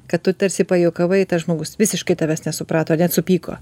kad tu tarsi pajuokavai tas žmogus visiškai tavęs nesuprato net supyko